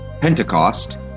Pentecost